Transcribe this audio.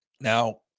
Now